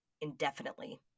indefinitely